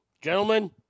Gentlemen